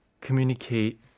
communicate